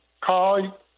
call